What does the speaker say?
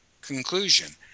conclusion